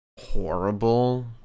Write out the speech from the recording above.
horrible